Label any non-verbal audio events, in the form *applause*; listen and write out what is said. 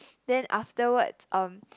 *noise* then afterwards um